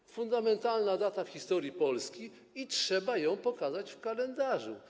To jest fundamentalna data w historii Polski i trzeba ją wskazać w kalendarzu.